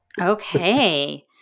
Okay